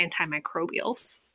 antimicrobials